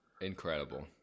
incredible